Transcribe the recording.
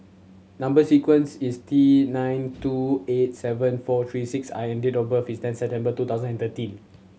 number sequence is T nine two eight seven four three six I and date of birth is ten September two thousand and thirteen